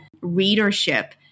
readership